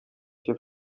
się